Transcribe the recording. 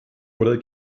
oder